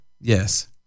Yes